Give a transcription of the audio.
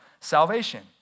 salvation